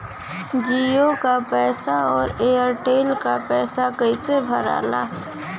जीओ का पैसा और एयर तेलका पैसा कैसे भराला?